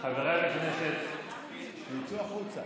שיצאו החוצה,